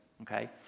okay